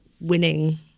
winning